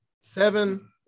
seven